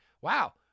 wow